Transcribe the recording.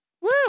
Woo